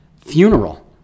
funeral